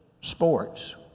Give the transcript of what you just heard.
sports